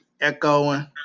Echoing